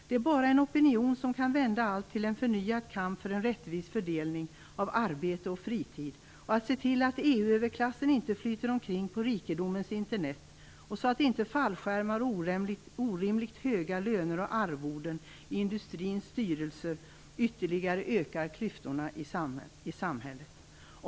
Det är bara en opinion som kan vända allt till en förnyad kamp för en rättvis fördelning av arbete och fritid, se till att EU-överklassen inte flyter omkring på rikedomens Internet och att inte fallskärmar, orimligt höga löner och arvoden i industrins styrelser ytterligare ökar klyftorna i samhället.